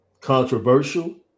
controversial